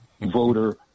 voter